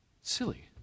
Silly